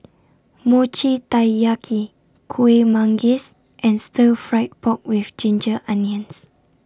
Mochi Taiyaki Kuih Manggis and Stir Fried Pork with Ginger Onions